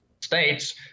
States